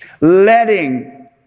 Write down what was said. letting